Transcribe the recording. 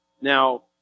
Now